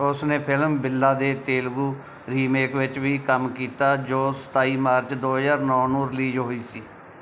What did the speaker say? ਉਸ ਨੇ ਫਿਲਮ ਬਿੱਲਾ ਦੇ ਤੇਲਗੂ ਰੀਮੇਕ ਵਿੱਚ ਵੀ ਕੰਮ ਕੀਤਾ ਜੋ ਸਤਾਈ ਮਾਰਚ ਦੋ ਹਜ਼ਾਰ ਨੌਂ ਨੂੰ ਰਿਲੀਜ਼ ਹੋਈ ਸੀ